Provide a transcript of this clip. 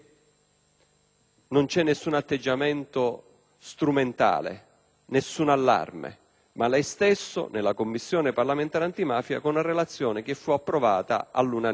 non c'è nessun atteggiamento strumentale, nessun allarme. Lei stesso ne ha parlato nella Commissione parlamentare antimafia, con una relazione che fu approvata all'unanimità.